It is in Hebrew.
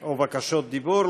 או בקשות דיבור.